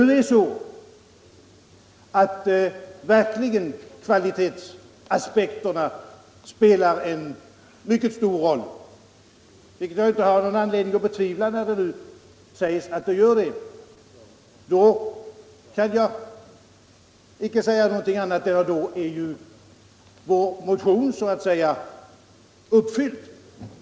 Och om nu kvalitetsaspekterna verkligen spelar en mycket stor roll i kommitténs arbete — vilket jag inte har någon anledning att betvivla när det här sägs — kan jag inte finna annat än att vårt motionskrav är uppfyllt.